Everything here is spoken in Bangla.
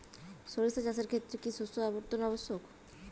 সরিষা চাষের ক্ষেত্রে কি শস্য আবর্তন আবশ্যক?